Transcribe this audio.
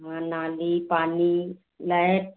हाँ नाली पानी लाएट